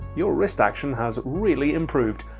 your wrist action has really improved!